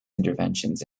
interventions